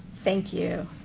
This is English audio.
thank you.